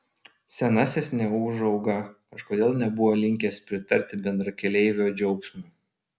senasis neūžauga kažkodėl nebuvo linkęs pritarti bendrakeleivio džiaugsmui